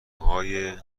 های